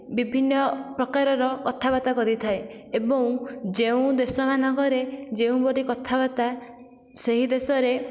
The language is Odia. ବିଭିନ୍ନ ପ୍ରକାରର କଥାବାର୍ତ୍ତା କରିଥାଏ ଏବଂ ଯେଉଁ ଦେଶମାନଙ୍କରେ ଯେଉଁଭଳି କଥାବାର୍ତ୍ତା ସେହି ଦେଶରେ